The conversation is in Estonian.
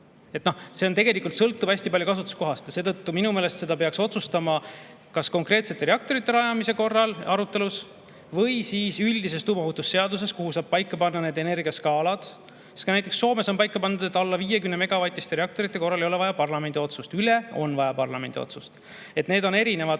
See tegelikult sõltub hästi palju kasutuskohast ja seetõttu minu meelest seda peaks otsustama kas konkreetsete reaktorite rajamise korral arutelus või siis üldises tuumaohutusseaduses, kuhu saab paika panna need energiaskaalad. Näiteks Soomes on paika pandud, et alla 50-megavatiste reaktorite korral ei ole vaja parlamendi otsust. Kui on üle, siis on vaja parlamendi otsust. Need on erinevad